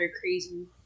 crazy